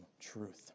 truth